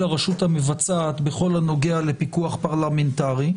הרשות המבצעת בכל הנוגע לפיקוח פרלמנטרי,